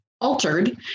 altered